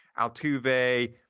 Altuve